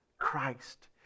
christ